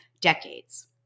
decades